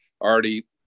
already